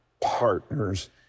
partners